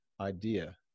idea